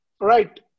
Right